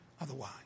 otherwise